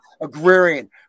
agrarian